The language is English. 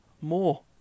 more